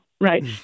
right